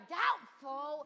doubtful